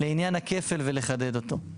לעניין הכפל ולחדד אותו.